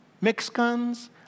Mexicans